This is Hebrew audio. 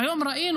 והיום ראינו